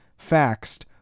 faxed